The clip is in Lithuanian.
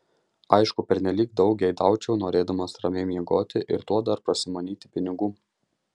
aišku pernelyg daug geidaučiau norėdamas ramiai miegoti ir tuo dar prasimanyti pinigų